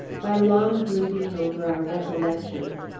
by long brooding over our recollections,